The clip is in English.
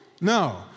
No